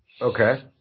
Okay